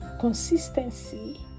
consistency